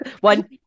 one